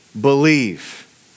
believe